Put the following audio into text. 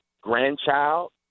grandchild